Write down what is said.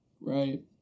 right